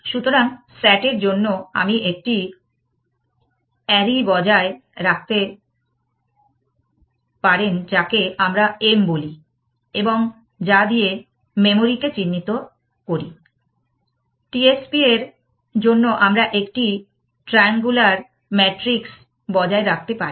সুতরাং S A T এর জন্য আপনি একটি array বজায় রাখতে পারেন যাকে আমরা M বলি এবং যা দিয়ে মেমোরি কে চিহ্নিত করি T S P এর জন্য আমরা একটি ট্রায়াঙ্গুলার ম্যাট্রিক্স বজায় রাখতে পারি